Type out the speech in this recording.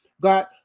God